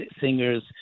singers